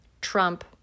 Trump